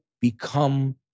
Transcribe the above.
become